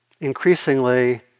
increasingly